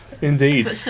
Indeed